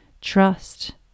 trust